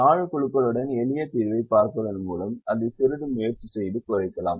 4 குழுக்களுடன் எளிய தீர்வைப் பார்ப்பதன் மூலம் அதை சிறிது முயற்சி செய்து குறைக்கலாம்